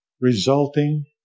resulting